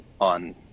on